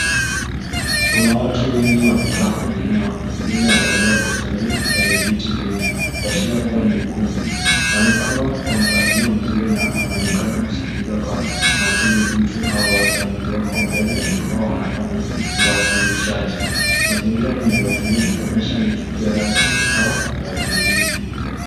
Kuna watu wengi wamekaa kwenye eneo lililoandaliwa kwa ustadi lenye viti vingi, kuashiria kuwa ni ukumbi. Wamepangwa kwa mpangilio mzuri na wanaonekana kusikiliza kwa makini mtu au watu walioko mbele ambao wanafanya uwasilishaji. Mazingira ni ya utulivu kuonyesha ni tukio rasmi au la kielimu.